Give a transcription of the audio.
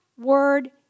word